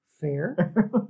fair